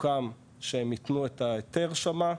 סוכם שהם יתנו את ההיתר שמה,